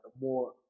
more